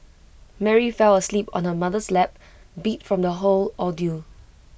Mary fell asleep on her mother's lap beat from the whole ordeal